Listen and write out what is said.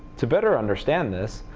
to better understand this,